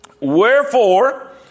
Wherefore